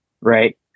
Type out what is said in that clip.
right